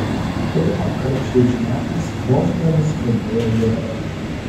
pirmąkart šiais metais vos nenuskendau ežere